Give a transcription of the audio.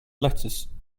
lettuce